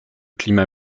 climat